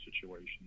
situation